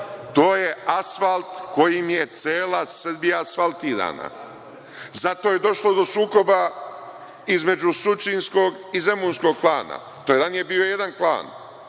To je asfalt kojim je cela Srbija asfaltiran. Zato je došlo do sukoba izmešu Surčinskog i Zemunskog klana. To je ranije bio jedan klan.